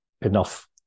enough